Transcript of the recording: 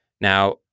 now